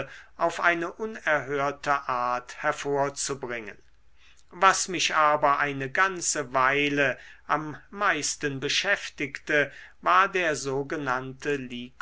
auf eine unerhörte art hervorzubringen was mich aber eine ganze weile am meisten beschäftigte war der sogenannte